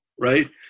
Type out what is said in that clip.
right